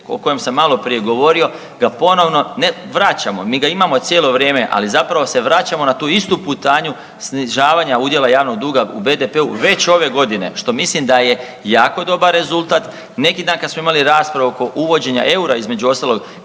o kojem sam maloprije govorio ga ponovno ne vraćamo, mi ga imamo cijelo vrijeme, ali zapravo se vraćamo na tu istu putanju snižavanja udjela javnog duga u BDP-u već ove godine, što mislim da je jako dobar rezultat. Neki dan kad smo imali raspravu oko uvođenja eura između ostalog